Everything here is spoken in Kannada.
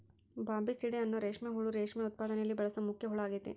ಬಾಂಬಿಸಿಡೇ ಅನ್ನೋ ರೇಷ್ಮೆ ಹುಳು ರೇಷ್ಮೆ ಉತ್ಪಾದನೆಯಲ್ಲಿ ಬಳಸೋ ಮುಖ್ಯ ಹುಳ ಆಗೇತಿ